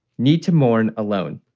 need to mourn alone.